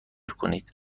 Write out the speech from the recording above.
کنید